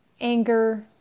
anger